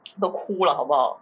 不要哭 lah 好不好